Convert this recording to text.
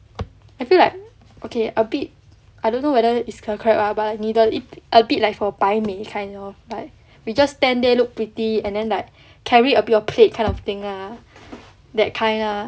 I feel like okay a bit I don't know whether is correct but 女的 a bit like for 摆美 kind lor like we just stand there look pretty and then like carry a bit of plate kind of thing lah that kind ah